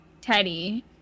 Teddy